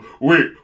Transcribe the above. wait